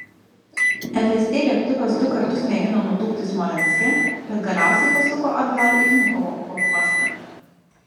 fst lėktuvas du kartus mėgino nutūpti smolenske bet galiausiai pasuko atgal į vnukovo oro uostą